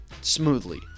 smoothly